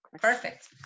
Perfect